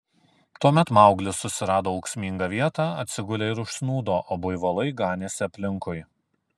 tuomet mauglis susirado ūksmingą vietą atsigulė ir užsnūdo o buivolai ganėsi aplinkui